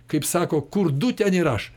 kaip sako kur du ten ir aš